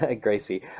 Gracie